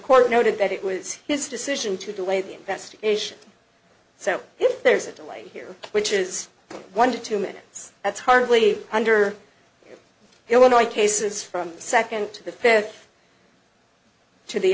court noted that it was his decision to delay the investigation so if there's a delay here which is one to two minutes that's hardly under illinois cases from second to the fifth to the